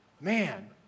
man